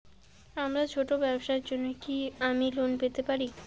আমার ছোট্ট ব্যাবসার জন্য কি আমি লোন পেতে পারি?